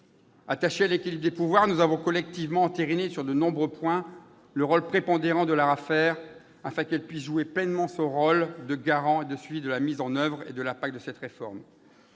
Attachés à l'équilibre des pouvoirs, nous avons collectivement entériné sur de nombreux points le rôle prépondérant de l'ARAFER, afin que celle-ci puisse jouer pleinement son rôle de garant et de suivi de la mise en oeuvre comme de l'impact de cette réforme.